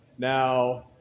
Now